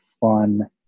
fun